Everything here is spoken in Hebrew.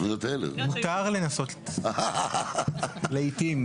מותר לנסות, לעיתים.